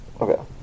okay